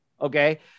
Okay